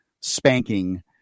spanking